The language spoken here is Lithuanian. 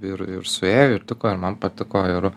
ir ir suėjo ir tiko ir man patiko ir